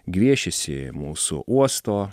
gviešiasi mūsų uosto